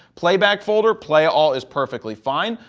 playback folder, play all is perfectly fine.